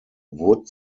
wood